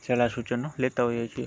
સલાહ સૂચનો લેતાં હોઈએ છીએ